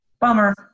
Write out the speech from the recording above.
bummer